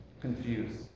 confused